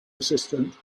assistant